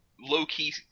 low-key